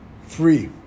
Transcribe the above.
free